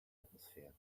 atmosphere